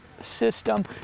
system